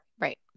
Right